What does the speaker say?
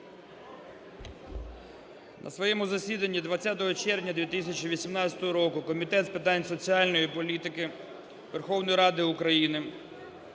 На своєму засіданні 20 червня 2018 року Комітет з питань соціальної політики Верховної Ради України